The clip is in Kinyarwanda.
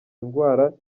indwara